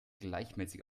gleichmäßig